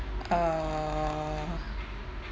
uh